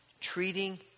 treating